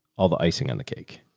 all the icing on the cake.